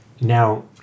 now